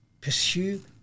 pursue